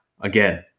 again